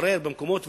ולברר במקומות,